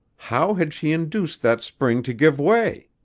how had she induced that spring to give way?